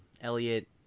Elliot